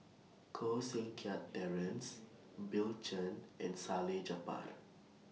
Koh Seng Kiat Terence Bill Chen and Salleh Japar